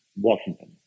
Washington